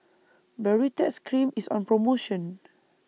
Baritex Cream IS on promotion